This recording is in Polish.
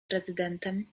prezydentem